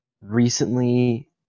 recently